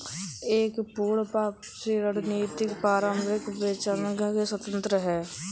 एक पूर्ण वापसी रणनीति पारंपरिक बेंचमार्क से स्वतंत्र हैं